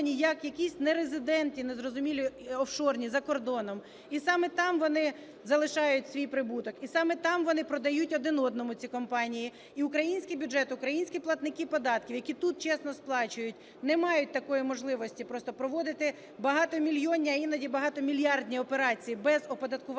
як якісь нерезиденти незрозумілі офшорні за кордоном і саме там вони залишають свій прибуток, і саме там вони продають один одному ці компанії, і український бюджет, українські платники податків, які тут чесно сплачують, не мають такої можливості просто проводити багатомільйонні, а іноді багатомільярдні операції без оподаткування